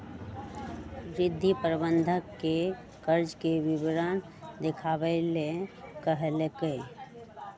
रिद्धि प्रबंधक के कर्जा के विवरण देखावे ला कहलकई